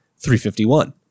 351